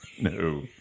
No